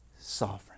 sovereign